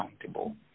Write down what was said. accountable